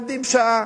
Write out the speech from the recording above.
עומדים שעה.